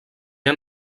han